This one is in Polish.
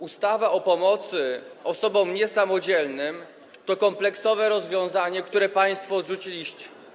Ustawa o pomocy osobom niesamodzielnym to kompleksowe rozwiązanie, które państwo odrzuciliście.